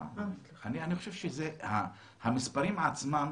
המספרים עצמם